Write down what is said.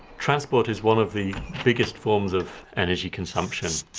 transport is one of the biggest forms of energy consumption.